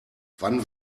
wann